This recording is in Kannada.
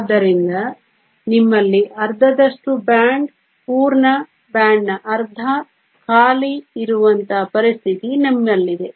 ಆದ್ದರಿಂದ ನಿಮ್ಮಲ್ಲಿ ಅರ್ಧದಷ್ಟು ಬ್ಯಾಂಡ್ ಪೂರ್ಣ ಬ್ಯಾಂಡ್ನ ಅರ್ಧ ಖಾಲಿ ಇರುವಂತಹ ಪರಿಸ್ಥಿತಿ ನಿಮ್ಮಲ್ಲಿದೆ